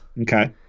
Okay